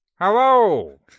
Hello